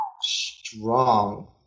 Strong